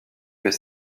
mais